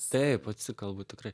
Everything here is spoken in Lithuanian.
taip atsikalbu tikrai